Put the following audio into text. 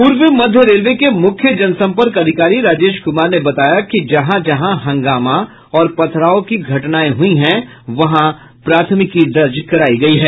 पूर्व मध्य रेलवे के मुख्य जनसम्पर्क अधिकारी राजेश कुमार ने बताया कि जहां जहां हंगामा और पथराव की घटनाएं हुई हैं वहां प्राथमिकी दर्ज करायी गयी है